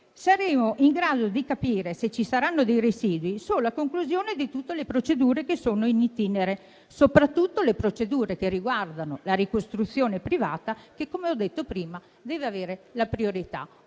saremo in grado di capire se ci saranno dei residui solo a conclusione di tutte le procedure che sono *in itinere*, soprattutto le procedure che riguardano la ricostruzione privata, che - come ho detto prima - deve avere la priorità.